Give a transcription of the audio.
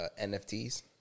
NFTs